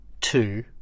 two